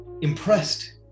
impressed